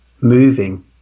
moving